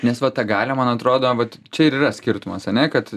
nes va tą galią man atrodo vat čia ir yra skirtumas ane kad